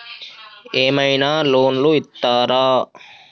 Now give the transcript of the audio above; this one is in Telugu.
ఏమైనా లోన్లు ఇత్తరా?